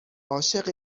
عاشق